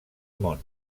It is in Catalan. món